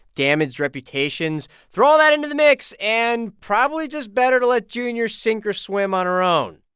damaged reputations. throw all that into the mix and probably just better to let junior sink or swim on her own.